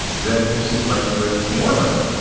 then she's playing with more money.